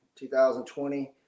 2020